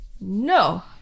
No